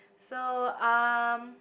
so um